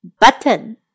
button